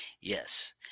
Yes